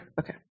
Okay